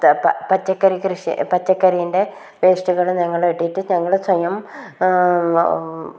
പച്ചക്കറി കൃഷി പച്ചക്കറിൻ്റെ വേസ്റ്റുകൾ ഞങ്ങൾ ഇട്ടിട്ട് ഞങ്ങൾ സ്വയം